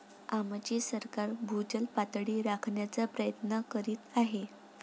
आमचे सरकार भूजल पातळी राखण्याचा प्रयत्न करीत आहे